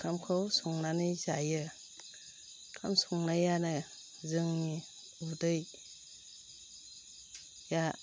ओंखामखौ संनानै जायो ओंखाम संनायानो जोंनि उदैया